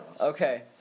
Okay